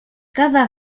cada